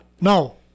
No